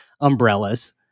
umbrellas